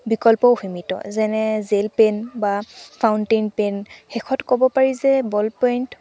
বিকল্পও সীমিত যেনে gel pen বা ফাউণ্টেন পেন শেষত ক'ব পাৰি যে বল পেন